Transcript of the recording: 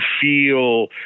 feel